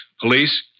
Police